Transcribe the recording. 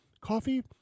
Coffee